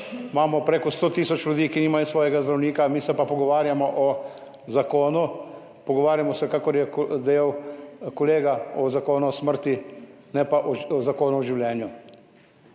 Imamo prek 100 tisoč ljudi, ki nimajo svojega zdravnika, mi se pa pogovarjamo o zakonu. Pogovarjamo se, kakor je dejal kolega, o zakonu o smrti, ne pa o zakonu o življenju.